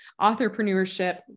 authorpreneurship